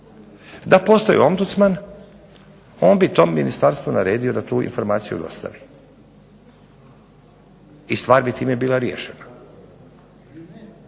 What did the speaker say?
Da postoji ombudsman on bi tom ministarstvu naredio da tu informaciju dostavi i stvar bi time bila riješena.